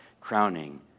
crowning